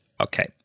Okay